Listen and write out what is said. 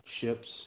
ships